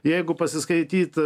jeigu pasiskaityt